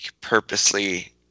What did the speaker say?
purposely